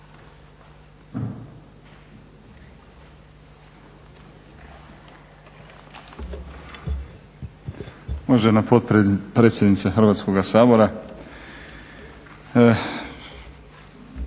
Hvala potpredsjednice Hrvatskog sabora.